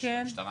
שנים